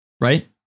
right